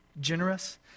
generous